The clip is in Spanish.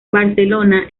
barcelona